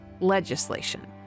legislation